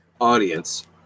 audience